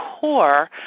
core